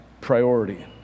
priority